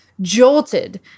jolted